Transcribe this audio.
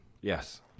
Yes